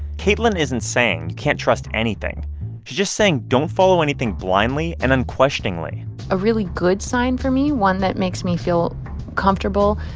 caitlin isn't saying you can't trust anything. she's just saying don't follow anything blindly and unquestioningly a really good sign for me, one that makes me feel comfortable,